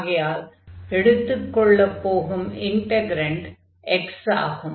ஆகையால் எடுத்துக் கொள்ளப் போகும் இன்டக்ரன்ட் x ஆகும்